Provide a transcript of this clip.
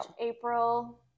April